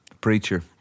Preacher